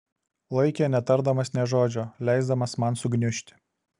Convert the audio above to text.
laikė netardamas nė žodžio leisdamas man sugniužti